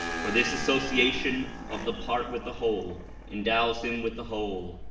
for this association of the part with the whole endows him with the whole,